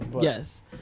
Yes